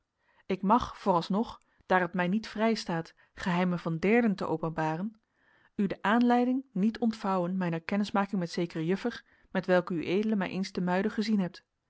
ik mag vooralsnog daar het mij niet vrijstaat geheimen van derden te openbaren u de aanleiding niet ontvouwen mijner kennismaking met zekere juffer met welke ued mij eens te muiden gezien hebt